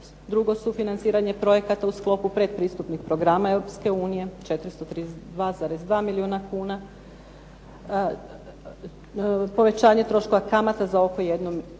Drugo su financiranje projekata u sklopu predpristupnih programa Europske unije, 432,2 milijuna kuna. Povećanje troškova kamata za oko 1 milijardu